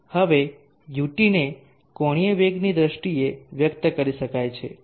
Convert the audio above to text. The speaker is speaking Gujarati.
હવે Ut ને કોણીય વેગની દ્રષ્ટિએ વ્યક્ત કરી શકાય છે